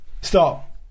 Stop